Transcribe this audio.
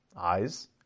eyes